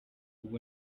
ubu